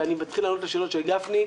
ואני מתחיל לענות על השאלות של גפני,